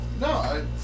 No